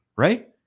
Right